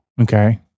Okay